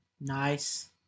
Nice